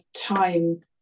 time